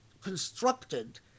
constructed